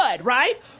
right